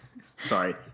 Sorry